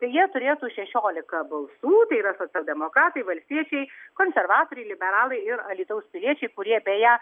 tai jie turėtų šešiolika balsų tai yra socialdemokratai valstiečiai konservatoriai liberalai ir alytaus piliečiai kurie beje